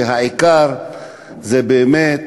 והעיקר זה באמת